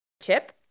Chip